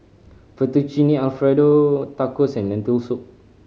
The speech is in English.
Fettuccine Alfredo Tacos and Lentil Soup